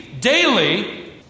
Daily